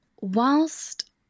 whilst